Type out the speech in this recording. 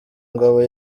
ngoma